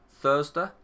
Thursday